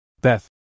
Beth